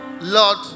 Lord